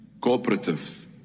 cooperative